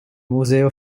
museo